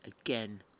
again